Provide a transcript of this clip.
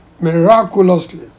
miraculously